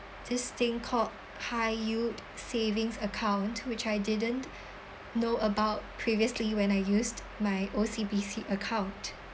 this thing called high youth savings account which I didn't know about previously when I used my O_C_B_C account